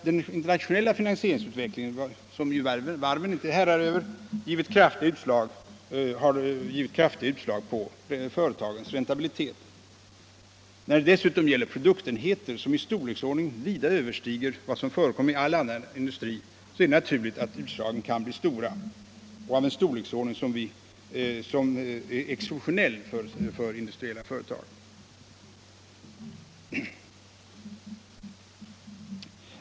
Den internationella finansiella utvecklingen — som ju varven inte är herrar över — har gett kraftiga utslag på företagens räntabilitet. När det dessutom gäller produktenheter, som i storleksordning vida överstiger vad som förekommer i all annan industri, är det naturligt att utslagen kan bli stora — och':t.o.m. av en storleksordning som är exceptionell för industriella företag.